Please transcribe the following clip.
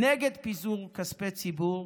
נגד פיזור כספי ציבור